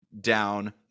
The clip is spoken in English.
down